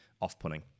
off-putting